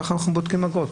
כך אנחנו בודקים אגרות.